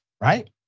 right